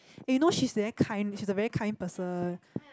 and you know she's very kind she's a very kind person